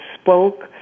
spoke